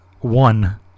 one